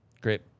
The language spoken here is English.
Great